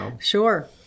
Sure